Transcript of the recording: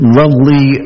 lovely